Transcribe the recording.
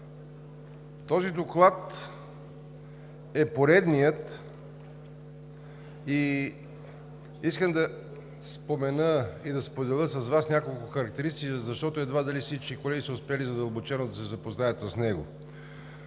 Този доклад е поредният и искам да спомена, да споделя с Вас няколко характеристики, защото едва ли всички колеги са успели задълбочено да се запознаят с него.